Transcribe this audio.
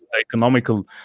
economical